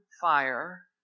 fire